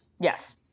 yes